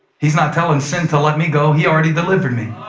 he's not telling sin to let me go he already delivered me.